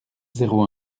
zéro